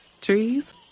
Trees